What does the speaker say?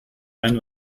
wein